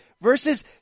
versus